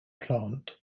plant